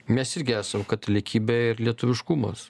mes irgi esam katalikybė ir lietuviškumas